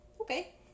Okay